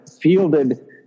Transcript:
fielded